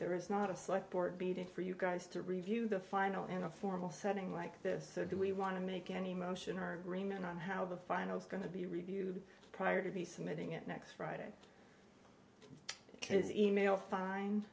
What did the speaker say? there is not a slot board beaded for you guys to review the final in a formal setting like this or do we want to make any motion or agreement on how the final is going to be reviewed prior to be submitting it next friday k c email fin